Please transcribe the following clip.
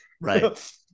Right